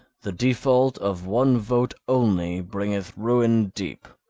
the default of one vote only bringeth ruin deep,